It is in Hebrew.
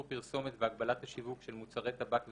פרסומת והגבלת השיווק של מוצרי טבק ועישון,